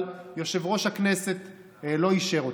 אבל יושב-ראש הכנסת לא אישר אותה.